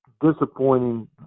disappointing